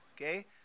okay